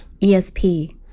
ESP